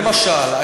למשל,